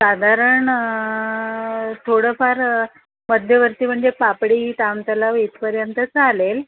साधारण थोडंफार मध्यवर्ती म्हणजे पापडी ताम तलाव इथपर्यंत चालेल